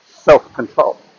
self-control